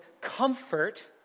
comfort